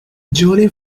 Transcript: jolly